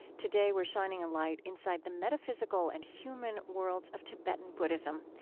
today, we're shining a light inside the metaphysical and human worlds of tibetan buddhism,